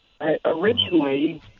Originally